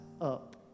up